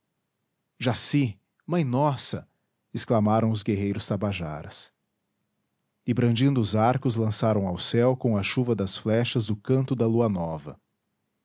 esposa jaci mãe nossa exclamaram os guerreiros tabajaras e brandindo os arcos lançaram ao céu com a chuva das flechas o canto da lua nova